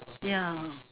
ya